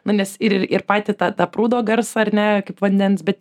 na nes ir ir patį tą tą prūdo garsą ar ne kaip vandens bet